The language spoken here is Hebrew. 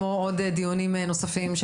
כמו עוד דיונים נוספים.